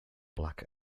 black